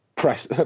Press